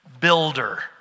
builder